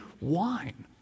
wine